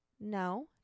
No